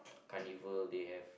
carnival they have